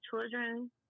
children